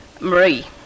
Marie